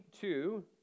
two